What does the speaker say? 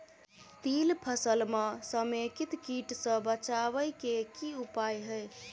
तिल फसल म समेकित कीट सँ बचाबै केँ की उपाय हय?